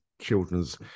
children's